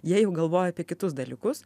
jie jau galvoja apie kitus dalykus